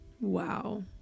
Wow